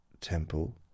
temple